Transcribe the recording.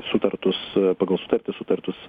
sutartus pagal sutartį sutartus